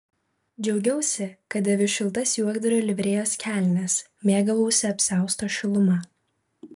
džiaugiausi kad dėviu šiltas juokdario livrėjos kelnes mėgavausi apsiausto šiluma